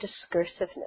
discursiveness